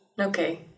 Okay